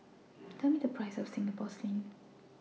Tell Me The Price of Singapore Sling